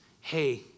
hey